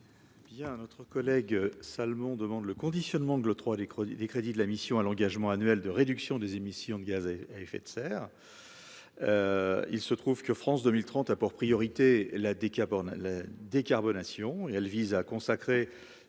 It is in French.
a un autre collègue Salmon demande le conditionnement de l'E3, les crédits des crédits de la mission à l'engagement annuel de réduction des émissions de gaz à effet de serre, il se trouve que France 2030 a pour priorité la dès qu'il aborde la décarbonation et elle vise à consacrer